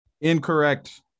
Incorrect